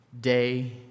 day